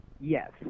Yes